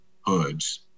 hoods